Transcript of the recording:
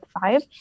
five